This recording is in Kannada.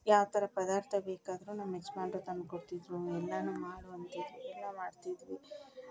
ಯಾವ ಥರ ಪದಾರ್ಥ ಬೇಕಾದರೂ ನಮ್ಮ ಯಜಮಾನ್ರು ತಂದ್ಕೊಡ್ತಿದ್ರು ಎಲ್ಲವೂ ಮಾಡು ಅಂತಿದ್ದರು ಎಲ್ಲ ಮಾಡ್ತಿದ್ವಿ